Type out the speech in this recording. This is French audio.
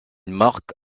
marque